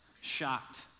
shocked